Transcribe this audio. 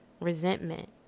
resentment